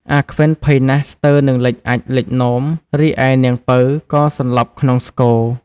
អាខ្វិន ភ័យណាស់ស្មើរនឹងលេចអាចម៍លេចនោម រីឯនាងពៅ ក៏សន្លប់ក្នុងស្គរ។